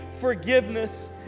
forgiveness